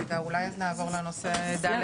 אז אולי נעבור לנושא ד'